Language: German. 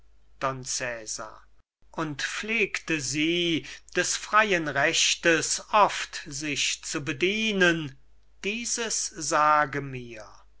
und pflegte sie des freien rechtes oft sich zu bedienen dieses sage mir